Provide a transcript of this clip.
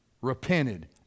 repented